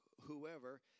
whoever